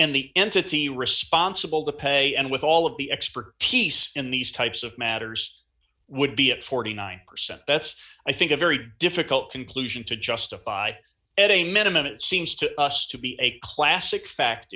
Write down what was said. and the entity responsible to pay and with all of the expertise in these types of matters would be at forty nine percent that's i think a very difficult conclusion to justify at a minimum it seems to us to be a classic fact